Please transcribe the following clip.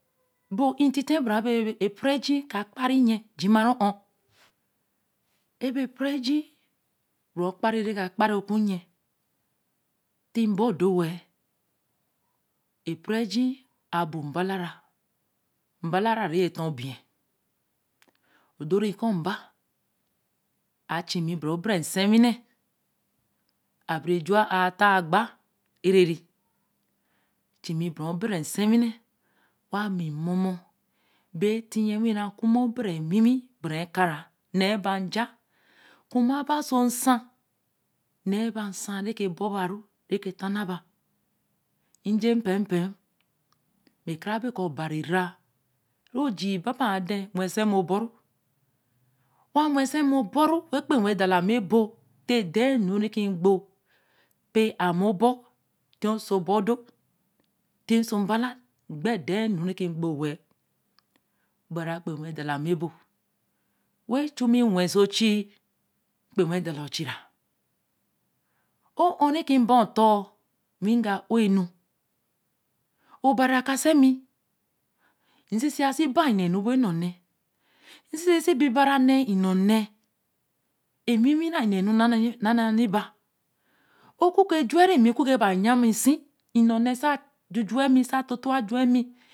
E bo m̃ñ tite- n ba ra be eze ru eji ka kpa re nẽẽ jira ru ho e be pore eji ba re kpare, re ka kpa re yen. ti nmba odo we-l e pore ji a bu mba la ra wen tor bi yen. odo re ko mbe a chi mi be re obere sie wi na. a bere ju a ãa ttãã kba e ra re. che mi bare obare obere sie wina wa mi mom beii tiyem wei e ra ku ma o bere wiwi bara eka ra nãã ba nja